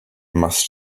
must